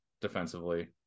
defensively